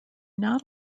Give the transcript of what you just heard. not